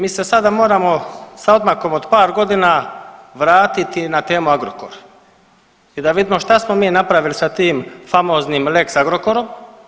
Mi se sada moramo sa odmakom od par godina vratiti na temu Agrokor i da vidimo šta smo mi napravili sa tim famoznim lex Agrokorom.